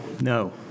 No